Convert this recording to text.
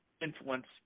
influence